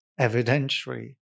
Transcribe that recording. evidentiary